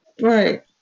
Right